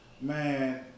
Man